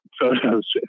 photos